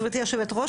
גברתי היושבת-ראש,